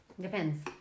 Depends